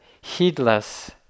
heedless